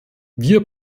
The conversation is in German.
wir